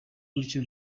gutyo